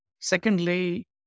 Secondly